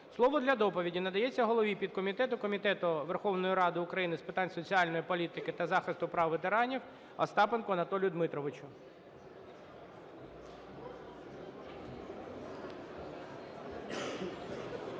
Слово для доповіді надається голові підкомітету Комітету Верховної Ради України з питань соціальної політики та захисту прав ветеранів Остапенку Анатолію Дмитровичу.